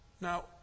Now